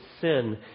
sin